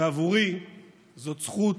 ועבורי זאת זכות